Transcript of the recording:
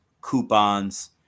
coupons